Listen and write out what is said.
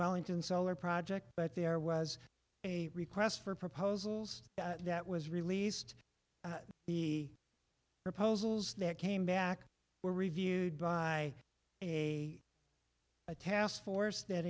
wellington solar project but there was a request for proposals that was released the proposals that came back were reviewed by a a task force that